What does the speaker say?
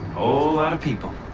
lot of people.